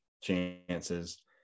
chances